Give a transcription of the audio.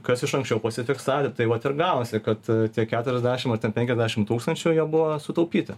kas iš anksčiau užsifiksavę tai vat ir gavosi kad tie keturiasdešim ar penkiasdešim tūkstančių jie buvo sutaupyti